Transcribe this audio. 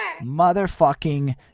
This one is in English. motherfucking